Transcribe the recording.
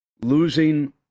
losing